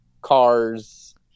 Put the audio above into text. cars